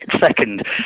second